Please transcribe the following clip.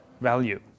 value